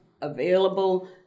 available